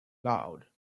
loud